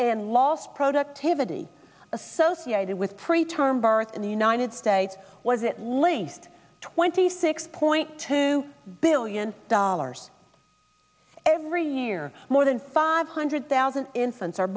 and lost productivity associated with pre term birth in the united states was at least twenty six point two billion dollars every year more than five hundred thousand infants are